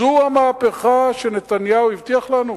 זו המהפכה שנתניהו הבטיח לנו?